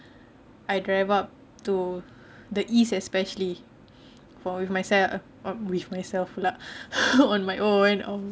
I drive up to the east especially for with myself or with myself pula on my own